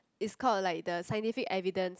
is called like the scientific evidence